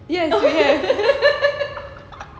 yes yes